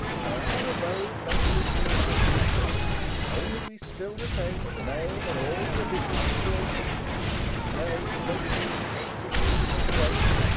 shall our abode make with you by due turns. only we still retain the name, and all the additions to a king the sway, revenue, execution of the rest,